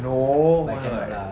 no mak